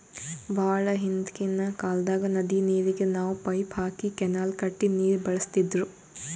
ಭಾಳ್ ಹಿಂದ್ಕಿನ್ ಕಾಲ್ದಾಗ್ ನದಿ ನೀರಿಗ್ ನಾವ್ ಪೈಪ್ ಹಾಕಿ ಕೆನಾಲ್ ಕಟ್ಟಿ ನೀರ್ ಬಳಸ್ತಿದ್ರು